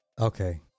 okay